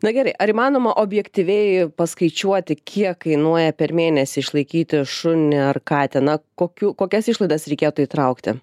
na gerai ar įmanoma objektyviai paskaičiuoti kiek kainuoja per mėnesį išlaikyti šunį ar katiną kokių kokias išlaidas reikėtų įtraukti